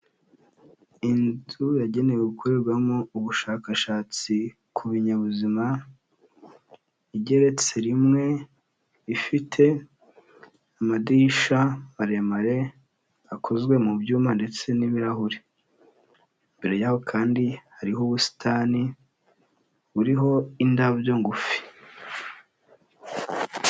Inzu yagenewe gukorerwamo ubushakashatsi ku binyabuzima, igerete rimwe, ifite amadirisha maremare akozwe mu byuma ndetse n'ibirahuri, imbere yaho kandi hariho ubusitani buriho indabyo ngufi.